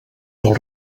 del